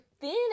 thin